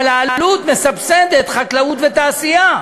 אבל העלות מסבסדת חקלאות ותעשייה.